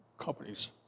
companies